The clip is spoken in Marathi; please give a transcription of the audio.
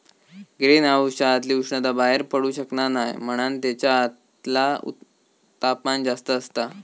ग्रीन हाउसच्या आतली उष्णता बाहेर पडू शकना नाय म्हणान तेच्या आतला तापमान जास्त असता